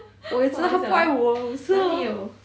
不会开玩笑哪里有